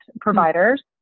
providers